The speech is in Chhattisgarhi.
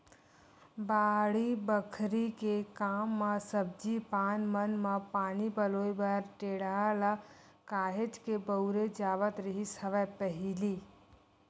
बाड़ी बखरी के काम म सब्जी पान मन म पानी पलोय बर टेंड़ा ल काहेच के बउरे जावत रिहिस हवय पहिली